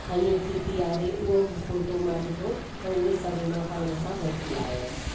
अथनि थी पियारे उहो बि फ़ोटो मां ॾिठो त उहो सभु पाण सां वठी आयसि